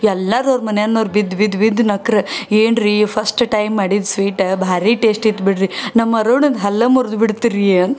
ಎಲ್ಲರೂ ಅವ್ರು ಮನ್ಯಾನೋರು ಬಿದ್ದು ಬಿದ್ದು ಬಿದ್ದು ನಕ್ರು ಏನು ರೀ ಫಸ್ಟ್ ಟೈಮ್ ಮಾಡಿದ ಸ್ವೀಟ ಭಾರೀ ಟೇಸ್ಟ್ ಇತ್ತು ಬಿಡಿರಿ ನಮ್ಮ ಅರುಣದು ಹಲ್ಲ ಮುರ್ದು ಬಿಡ್ತು ರೀ ಅಂತಂದ್ರೆ